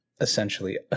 essentially